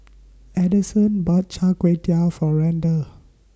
Adyson bought Char Kway Teow For Randall